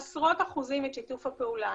שהעלה בעשרות אחוזים את שיתוף הפעולה.